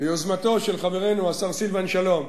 ביוזמתו של חברנו השר סילבן שלום,